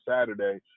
Saturday